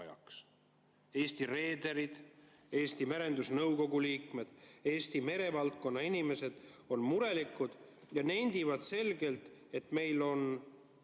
Eesti reederid, Eesti Merendusnõukoja liikmed, Eesti merevaldkonna inimesed on murelikud ja nendivad selgelt, et meil on